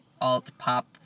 alt-pop